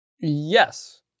Yes